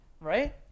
Right